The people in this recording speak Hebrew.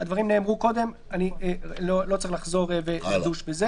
צריך לקצר אותה.